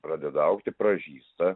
pradeda augti pražysta